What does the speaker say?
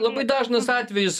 labai dažnas atvejis